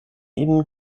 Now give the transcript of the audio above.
ihnen